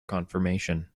confirmation